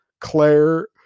Claire